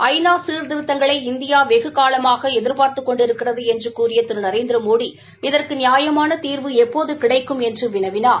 ஐ நா சீர்திருத்தங்களை இந்தியா வெகு காலமாக எதிர்பார்த்துக் கொண்டிருக்கிறது என்று கூறிய திரு நரேந்திரமோடி இதற்கு நியாயமான தீர்வு எப்போது கிடைக்கும் என்று வினவினார்